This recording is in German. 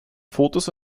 fotos